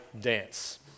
dance